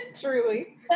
Truly